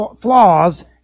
flaws